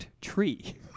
tree